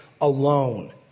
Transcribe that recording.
alone